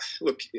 look